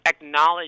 acknowledge